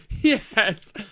Yes